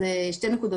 אז שתי נקודות,